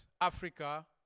Africa